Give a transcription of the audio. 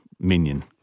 minion